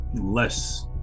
less